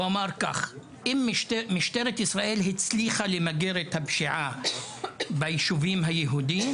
הוא אמר כך: אם משטרת ישראל הצליחה למגר את הפשיעה ביישובים היהודיים,